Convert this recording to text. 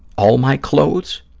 all my clothes?